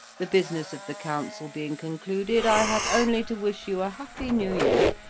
the business of the council being concluded, i have only to wish you a happy new year.